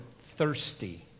thirsty